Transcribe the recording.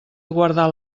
guardar